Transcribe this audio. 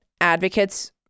advocates